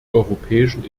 europäischen